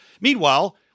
Meanwhile